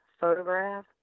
photograph